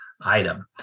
item